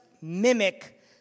mimic